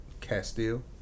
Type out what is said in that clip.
Castile